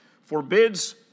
forbids